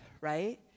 right